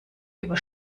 über